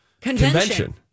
convention